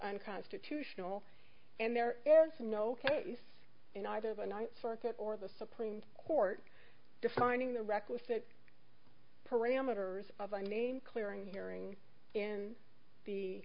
unconstitutional and there is no case of a ninth circuit or the supreme court defining the requisite parameters of a name clearing hearing in the